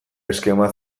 eskema